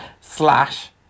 Slash